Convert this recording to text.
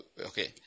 Okay